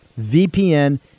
VPN